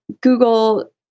Google